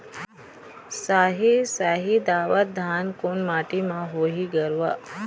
साही शाही दावत धान कोन माटी म होही गरवा?